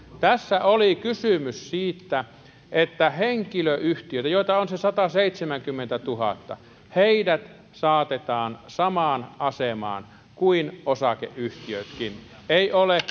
tässä oli kysymys siitä että henkilöyhtiöt joita on se sataseitsemänkymmentätuhatta saatetaan samaan asemaan kuin osakeyhtiötkin ei ole